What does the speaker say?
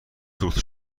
فروخته